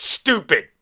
stupid